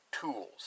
tools